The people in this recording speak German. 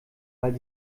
weil